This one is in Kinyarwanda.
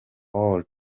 old